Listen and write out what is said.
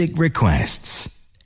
Requests